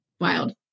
Wild